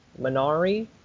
Minari